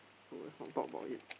so let's not talk about it